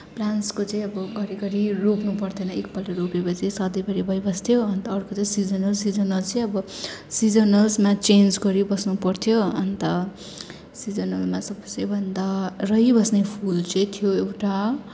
प्लान्ट्सको चाहिँ अब घरि घरि रोप्नु पर्थेन एकपल्ट रोपेपछि सधैँभरि भइबस्थ्यो अन्त अर्को चाहिँ सिजनल सिजनल चाहिँ अब सिजनल्समा चेन्ज गरिबस्नु पर्थ्यो अन्त सिजनलमा सबसेभन्दा रहिबस्ने फुल चाहिँ थियो एउटा